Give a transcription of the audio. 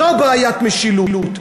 זו בעיית משילות.